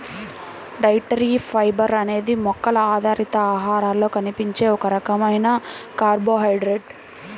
dietary fibre అనేది మొక్కల ఆధారిత ఆహారాలలో కనిపించే ఒక రకమైన కార్బోహైడ్రేట్